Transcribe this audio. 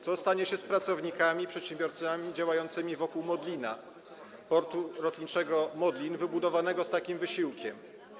Co stanie się z pracownikami, przedsiębiorcami działającymi wokół Modlina, portu lotniczego Modlin wybudowanego z takim wysiłkiem?